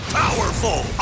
powerful